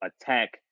attack